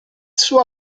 suo